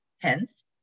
Hence